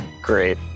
Great